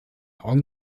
augen